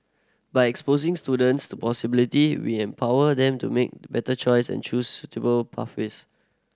by exposing students to possibilities we empower them to make better choice and choose suitable pathways